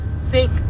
sink